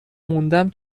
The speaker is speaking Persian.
موندم